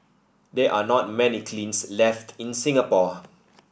there are not many kilns left in Singapore